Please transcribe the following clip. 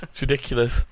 Ridiculous